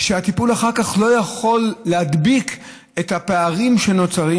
כשהטיפול אחר כך לא יכול להדביק את הפערים שנוצרים.